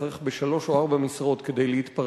צריך שלוש או ארבע משרות כדי להתפרנס,